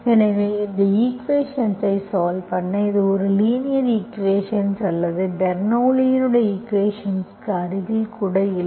எனவே இந்த ஈக்குவேஷன்ஐ சால்வ் பண்ண இது லீனியர் ஈக்குவேஷன் அல்லது பெர்னோள்ளியின் ஈக்குவேஷன்ற்கு அருகில் கூட இல்லை